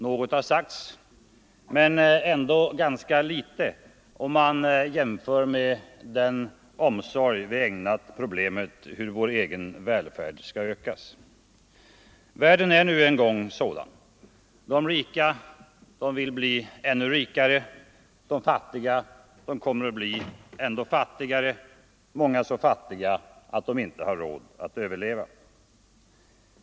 Något har sagts men ändå ganska litet, om man jämför med den omsorg vi ägnat problemet hur vår egen välfärd skall ökas. Världen är nu en gång sådan. De rika vill bli ännu rikare, de fattiga kommer att bli ännu fattigare — många så fattiga att de inte har råd att överleva.